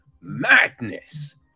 Madness